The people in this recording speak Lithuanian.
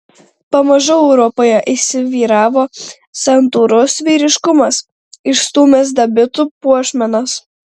pamažu europoje įsivyravo santūrus vyriškumas išstūmęs dabitų puošmenas